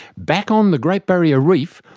back on the great barrier reef,